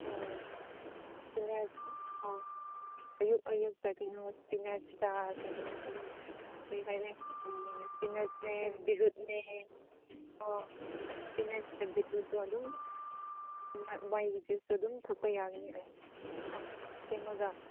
ꯑꯧ ꯑꯧ ꯑꯌꯨꯛ ꯑꯌꯨꯛꯇ ꯀꯩꯅꯣ ꯏꯁꯄꯤꯅꯥꯁꯀ ꯀꯩꯅꯣ ꯑꯗꯨ ꯀꯔꯤ ꯍꯥꯏꯔꯦ ꯎꯝ ꯏꯁꯄꯤꯅꯁꯅꯦ ꯕꯤꯠꯔꯨꯠꯅꯦ ꯑꯥ ꯏꯁꯄꯤꯅꯁꯀꯥ ꯕꯤꯠꯔꯨꯠꯇꯣ ꯑꯗꯨꯝ ꯃꯈꯣꯏꯒꯤ ꯖꯨꯁꯇꯣ ꯑꯗꯨꯝ ꯊꯛꯄ ꯌꯥꯒꯅꯤ ꯁꯦꯝꯂꯒ